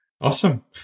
Awesome